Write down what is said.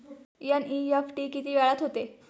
NEFT किती वेळात होते?